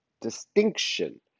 distinction